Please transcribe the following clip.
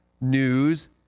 news